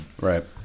Right